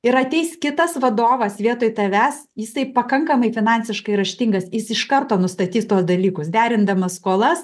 ir ateis kitas vadovas vietoj tavęs jisai pakankamai finansiškai raštingas jis iš karto nustatys tuos dalykus derindamas skolas